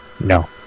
No